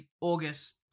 August